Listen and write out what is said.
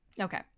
okay